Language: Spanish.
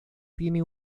tiene